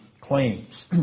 claims